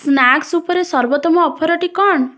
snacks ଉପରେ ସର୍ବୋତ୍ତମ ଅଫର୍ଟି କ'ଣ